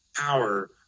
power